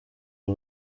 rwe